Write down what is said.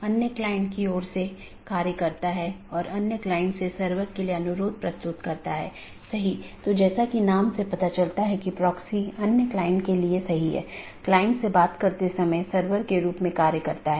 अंत में ऐसा करने के लिए आप देखते हैं कि यह केवल बाहरी नहीं है तो यह एक बार जब यह प्रवेश करता है तो यह नेटवर्क के साथ घूमता है और कुछ अन्य राउटरों पर जाता है